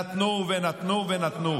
נתנו ונתנו ונתנו,